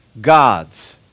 God's